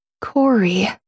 Corey